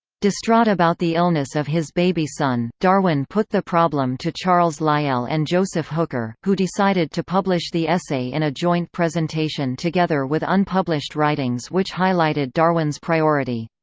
distraught about the illness of his baby son, darwin put the problem to charles lyell and joseph hooker, who decided to publish the essay in a joint presentation together with unpublished writings which highlighted darwin's priority.